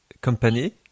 company